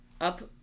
up